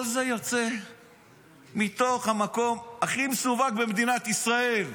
כל זה יוצא מתוך המקום הכי מסווג במדינת ישראל.